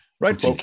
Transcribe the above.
right